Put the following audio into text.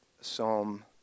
Psalm